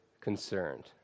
concerned